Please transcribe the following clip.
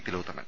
Thilothaman